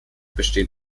bestehen